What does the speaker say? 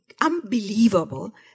unbelievable